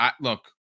Look